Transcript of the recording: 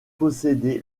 possédé